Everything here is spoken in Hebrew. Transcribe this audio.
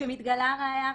כשמתגלה ראיה חדשה.